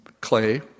clay